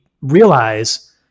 realize